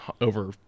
over